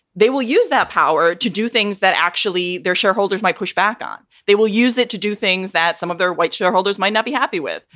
they will use that power to do things that actually their shareholders might push back on. they will use it to do things that some of their white shareholders might not be happy with.